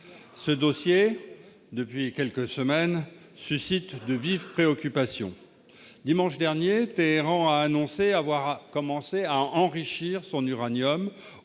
iranien. Depuis quelques semaines, ce dossier suscite de vives préoccupations. Dimanche dernier, Téhéran a annoncé avoir commencé à enrichir son uranium